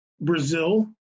Brazil